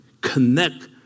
connect